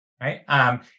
right